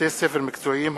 (בתי-ספר מקצועיים),